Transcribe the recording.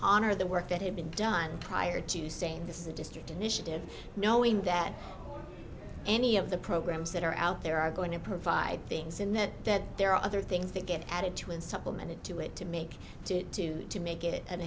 honor the work that had been done prior to saying this is a district initiative knowing that any of the programs that are out there are going to provide things in the that there are other things that get added to and supplement to it to make to to to make